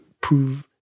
prove